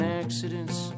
accidents